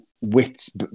WITs